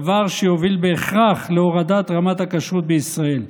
דבר שיוביל בהכרח להורדת רמת הכשרות בישראל.